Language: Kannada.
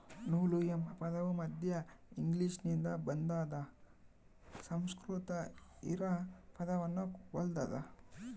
ನೂಲು ಎಂಬ ಪದವು ಮಧ್ಯ ಇಂಗ್ಲಿಷ್ನಿಂದ ಬಂದಾದ ಸಂಸ್ಕೃತ ಹಿರಾ ಪದವನ್ನು ಹೊಲ್ತದ